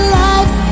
life